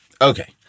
Okay